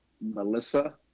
Melissa